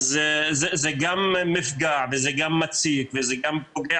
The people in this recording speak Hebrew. אז זה גם מפגע וזה גם מציק וזה גם פוגע